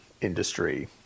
industry